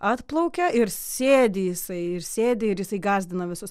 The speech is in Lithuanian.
atplaukia ir sėdi jisai ir sėdi ir jisai gąsdina visus